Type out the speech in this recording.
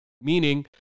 Meaning